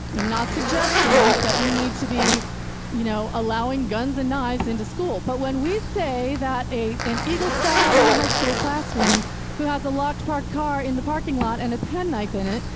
i'm not suggesting that we need to be you know allowing guns and knives in the school. but when we say that an eagle scout in a high school classroom who has a locked parked car in the parking lot and a penknife in it,